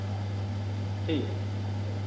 आं ठीक ऐ ओके